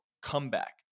comeback